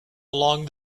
along